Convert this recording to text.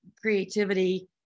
creativity